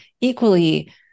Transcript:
equally